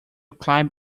climb